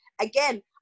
Again